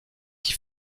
qui